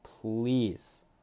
please